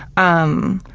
um,